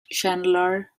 chandler